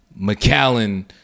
McAllen